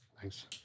Thanks